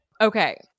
okay